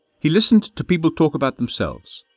he listened to people talk about themselves.